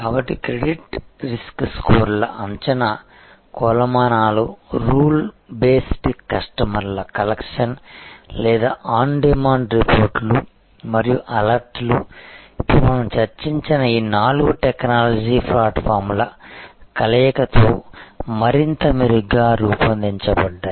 కాబట్టి credit risk స్కోర్ల అంచనా కొలమానాలు రూల్ బేస్డ్ కస్టమర్ కలెక్షన్ లేదా ఆన్ డిమాండ్ రిపోర్ట్లు మరియు అలర్ట్లు ఇప్పుడు మనం చర్చించిన ఈ నాలుగు టెక్నాలజీ ప్లాట్ఫారమ్ల కలయికతో మరింత మెరుగ్గా రూపొందించబడ్డాయి